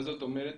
מה זאת אומרת?